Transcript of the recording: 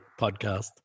podcast